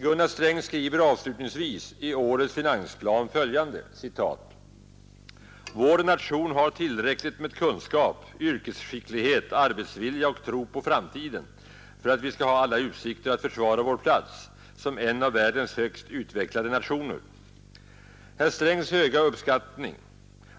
Gunnar Sträng skriver avslutningsvis i årets finansplan följande: ”Vår nation har tillräckligt med kunskap, yrkesskicklighet, arbetsvilja och tro på framtiden för att vi skall ha alla utsikter att försvara vår plats som en av världens högst utvecklade nationer.” Herr Strängs höga uppskattning